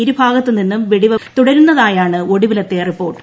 ഇരു ഭാഗത്ത് നിന്നും വെടിവെപ്പ് തുടരുന്നതായാണ് ഒടുവിലത്തെ റിപ്പോർട്ട്